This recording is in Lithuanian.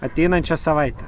ateinančią savaitę